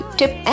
tip